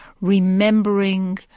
Remembering